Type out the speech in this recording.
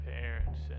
parents